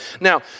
Now